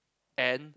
and